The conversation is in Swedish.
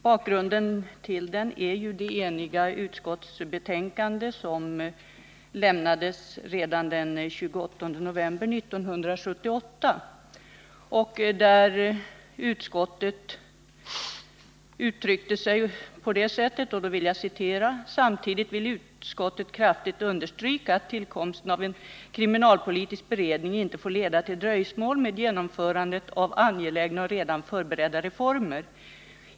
Bakgrunden till frågan är det eniga utskottsbetänkande som lämnades redan den 28 november 1978, där utskottet uttryckte sig på följande sätt: ”Samtidigt vill utskottet kraftigt understryka att tillkomsten av en kriminalpolitisk beredning inte får leda till dröjsmål med genomförandet av angelägna och redan förberedda reformer.